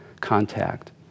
contact